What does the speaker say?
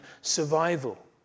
survival